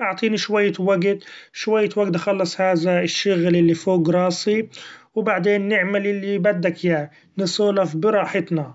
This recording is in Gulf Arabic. أعطيني شوية وقت-شوية وقت اخلص هذا الشغل الي فوق راسي ، و بعدين نعمل اللي بدك ياه نسولف براحتنا.